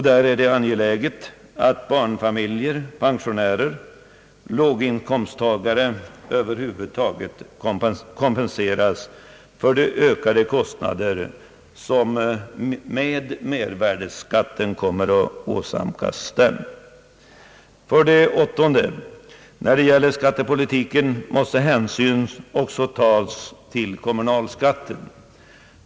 Där är det angeläget att barnfamiljer, pensionärer och låginkomsttagare över huvud taget kompenseras för de ökade kostnader som mervärdeskatten kommer att åsamka dem. 8) När det gäller skattepolitiken måste hänsyn också tas till kommunalskatten.